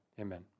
Amen